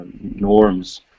norms